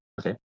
Okay